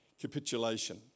capitulation